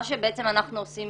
מה בעצם אנחנו עושים